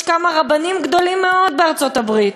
יש כמה רבנים גדולים מאוד בארצות-הברית,